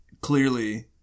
clearly